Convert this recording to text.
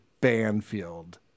Banfield